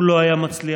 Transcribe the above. הוא לא היה מצליח.